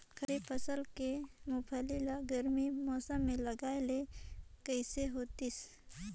खरीफ फसल के मुंगफली ला गरमी मौसम मे लगाय ले कइसे होतिस?